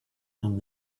and